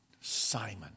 Simon